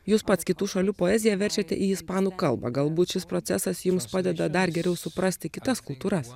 jūs pats kitų šalių poeziją verčiate į ispanų kalbą galbūt šis procesas jums padeda dar geriau suprasti kitas kultūras